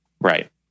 Right